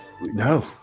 No